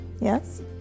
yes